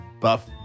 buff